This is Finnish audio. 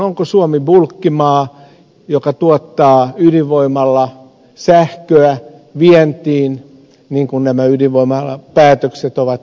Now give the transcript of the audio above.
onko suomi bulkkimaa joka tuottaa ydinvoimalla sähköä vientiin niin kuin nämä ydinvoimalapäätökset ovat ennakoineet